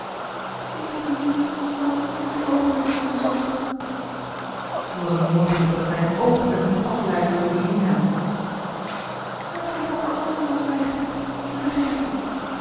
ik had u lief van het eerste oogenblik dat ik u zag hoe was t mogelijk dat ik mij een oogenblik liet afleiden door die lina laten we daar voor altijd van zwijgen ik vergeef het u